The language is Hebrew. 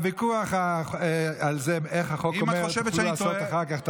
את הוויכוח על מה החוק אומר תוכלו לעשות אחר כך.